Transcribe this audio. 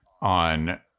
on